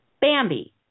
Bambi